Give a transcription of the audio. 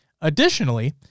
Additionally